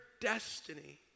destiny